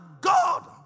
God